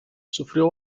sufrió